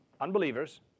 unbelievers